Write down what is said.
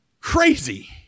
crazy